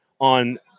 on